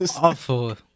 awful